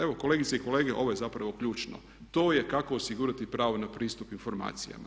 Evo kolegice i kolege ovo je zapravo ključno, to je kako osigurati pravo na pristup informacijama.